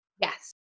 Yes